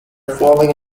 falling